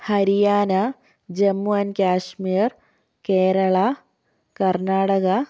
Haryana Jammu and Kashmir Kerala Karnataka